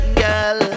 girl